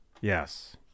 Yes